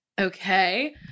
Okay